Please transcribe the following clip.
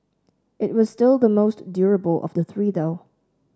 it was still the most durable of the three though